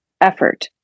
effort